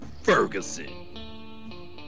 Ferguson